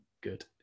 Good